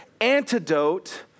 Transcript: antidote